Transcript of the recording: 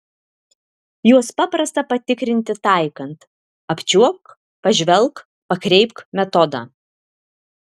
juos paprasta patikrinti taikant apčiuopk pažvelk pakreipk metodą